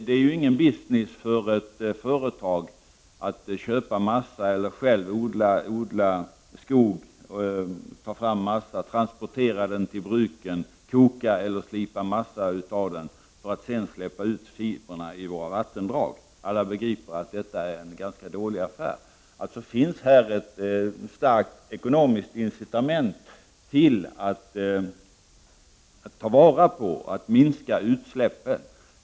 Det är ingen mening för ett företag att köpa massa eller själv odla skog, transportera till bruket och koka eller slipa för att få fram massa för att sedan släppa ut fibrerna i våra vattendrag. Alla begriper att det skulle vara en ganska dålig affär. Här finns ett starkt ekonomiskt incitament att ta vara på massan och minska utsläppen.